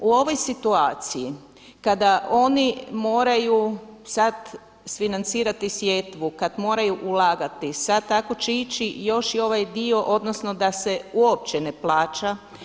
U ovoj situaciji kada oni moraju sada izfinancirati sjetvu, kada moraju ulagati, sada tako će ići i još i ovaj dio, odnosno da se uopće ne plaća.